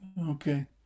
okay